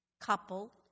couple